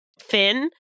Finn